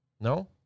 No